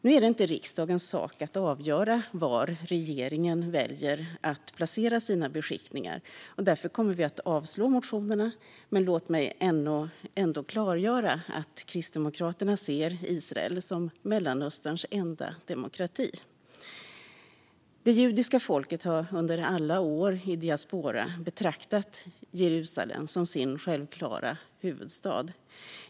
Nu är det inte riksdagens sak att avgöra var regeringen väljer att placera sina beskickningar. Därför kommer vi att avslå motionerna, men låt mig ändå klargöra att Kristdemokraterna ser Israel som Mellanösterns enda demokrati. Det judiska folket har under alla år i diaspora betraktat Jerusalem som sin självklara huvudstad.